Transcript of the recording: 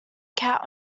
cat